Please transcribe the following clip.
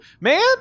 Man